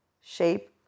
shape